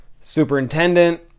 superintendent